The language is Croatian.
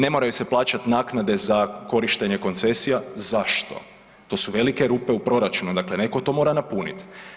Ne moraju se plaćati naknade za korištenje korištenja, zašto, to su velike rupe u proračunu, dakle netko to mora napuniti.